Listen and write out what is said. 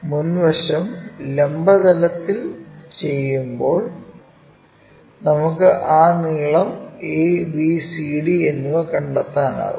front view ലംബ തലത്തിൽ ചെയ്യുമ്പോൾ നമുക്ക് ആ നീളം abcd എന്നിവ കണ്ടെത്താനാകും